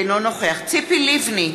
אינו נוכח ציפי לבני,